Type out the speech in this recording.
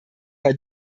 bei